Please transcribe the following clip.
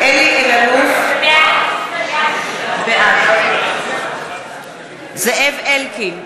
אלאלוף, בעד זאב אלקין,